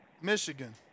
Michigan